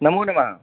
नमो नमः